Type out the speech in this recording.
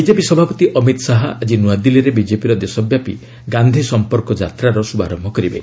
BJP ସଭାପତି ଅମିତ୍ ଶାହା ଆଜି ନୂଆଦିଲ୍ଲୀରେ ବିକେପିର ଦେଶବ୍ୟାପୀ ଗାନ୍ଧି ସମ୍ପର୍କ ଯାତ୍ରାର ଶ୍ରଭାରମ୍ଭ କରିବେ